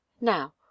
Now